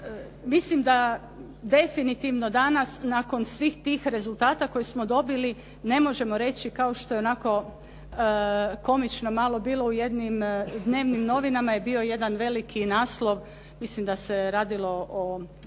Mislim da definitivno danas nakon svih tih rezultata koje smo dobili ne možemo reći kao što je onako komično malo bilo u jednim dnevnim novinama je bio jedan veliki naslov, mislim da se radilo o